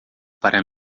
para